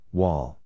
wall